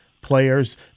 players